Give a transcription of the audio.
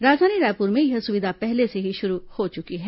राजधानी रायपुर में यह सुविधा पहले से ही शुरू हो चुकी है